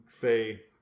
say